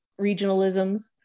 regionalisms